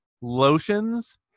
lotions